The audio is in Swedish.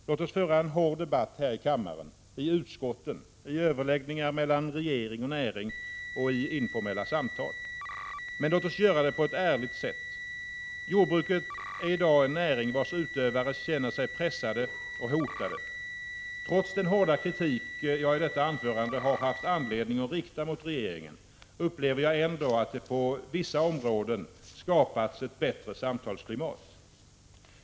Låt oss föra en hård debatt här i kammaren, i utskotten, i överläggningar mellan regering och näring och i informella samtal. Men låt oss göra det på ett ärligt sätt. Jordbruket är i dag en näring vars utövare känner sig pressade och hotade. Trots den hårda kritik jag i detta anförande har haft anledning att rikta mot regeringen, upplever jag ändå att det på vissa områden har skapats ett bättre samtalsklimat.